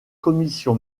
commission